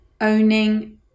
owning